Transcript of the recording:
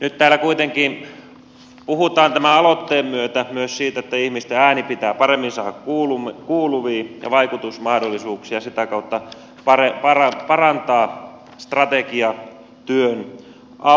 nyt täällä kuitenkin puhutaan tämän aloitteen myötä myös siitä että ihmisten ääni pitää paremmin saada kuuluviin ja vaikutusmahdollisuuksia sitä kautta parantaa strategiatyön avulla